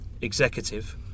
executive